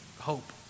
hope